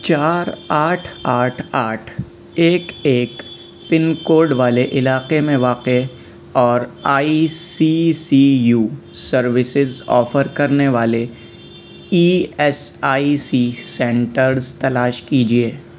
چار آٹھ آٹھ آٹھ ایک ایک پن کوڈ والے علاقے میں واقع اور I C C U services offer کرنے والے E S I C centres تلاش کیجیے